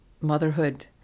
motherhood